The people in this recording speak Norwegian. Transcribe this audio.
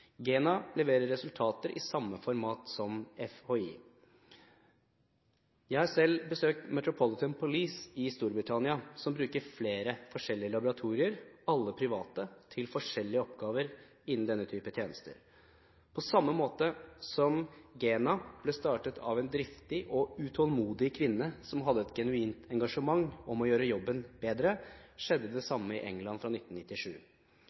GENA leverer resultater i samme format som FHI. Jeg har selv besøkt Metropolitan Police i Storbritannia. De bruker flere forskjellige laboratorier – alle private – til forskjellige oppgaver innen denne type tjenester. GENA ble startet av en driftig og utålmodig kvinne som hadde et genuint engasjement for å gjøre jobben bedre, og det samme skjedde i England fra 1997.